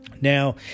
Now